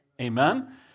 Amen